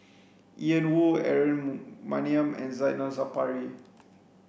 Ian Woo Aaron Maniam and Zainal Sapari